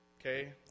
Okay